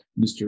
Mr